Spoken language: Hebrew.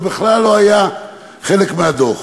זה בכלל לא היה חלק מהדוח.